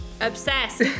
obsessed